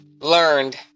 learned